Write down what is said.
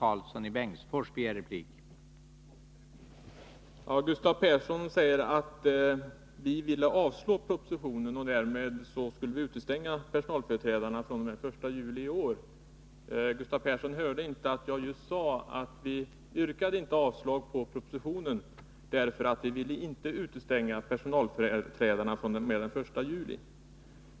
Herr talman! Gustav Persson säger att vi vill avslå propositionen och därmed utestänga personalföreträdarna fr.o.m. den 1 juli i år. Gustav Persson hörde inte att jag sade att vi inte yrkade avslag på propositionen, just därför att vi inte ville utestänga personalföreträdarna fr.o.m. den 1 juli.